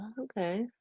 okay